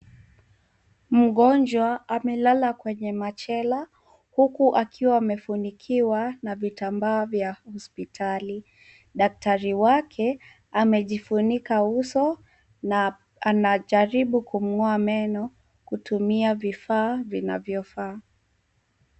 Mgonjwa amelala kwenye machela huku akiwa amefunikiwa na vitambaa vya hospitali. Daktari wake amejifunika uso na anajaribu kumng'oa meno kutumia vifaa vinavyofaa.